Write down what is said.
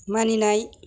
मानिनाय